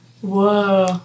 Whoa